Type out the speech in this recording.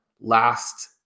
last